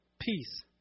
peace